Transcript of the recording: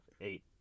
eight